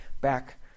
back